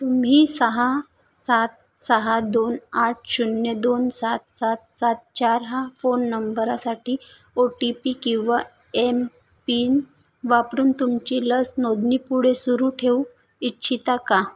तुम्ही सहा सात सहा दोन आठ शून्य दोन सात सात सात चार हा फोन नंबरासाठी ओ टी पी किंवा एमपिन वापरून तुमची लस नोदणी पुढे सुरु ठेवू इच्छिता का